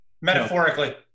metaphorically